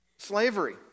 slavery